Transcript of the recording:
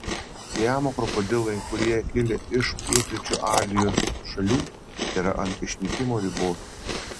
siamo krokodilai kurie kilę iš pietryčių azijos šalių yra ant išnykimo ribos